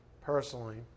personally